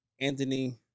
Anthony